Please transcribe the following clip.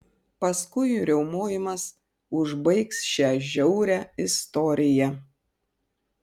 paskui riaumojimas užbaigs šią žiaurią istoriją